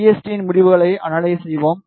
சிஎஸ்டியின் முடிவுகளை அனலைஸ் செய்வோம்